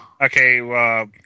Okay